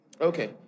Okay